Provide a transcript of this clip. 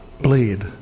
bleed